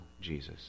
Jesus